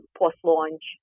post-launch